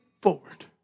forward